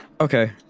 Okay